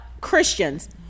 Christians